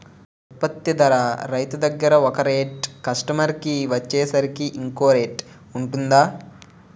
ఉత్పత్తి ధర రైతు దగ్గర ఒక రేట్ కస్టమర్ కి వచ్చేసరికి ఇంకో రేట్ వుంటుందా?